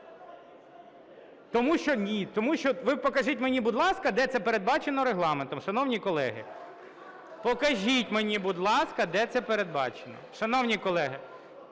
Тому що ні, тому що… Ви покажіть мені, будь ласка, де це передбачено Регламентом, шановні колеги. Покажіть мені, будь ласка, де це передбачено. Шановні колеги,